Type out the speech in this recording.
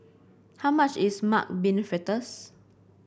how much is Mung Bean Fritters